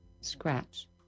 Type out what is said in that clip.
Scratch